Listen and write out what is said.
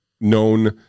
known